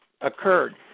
occurred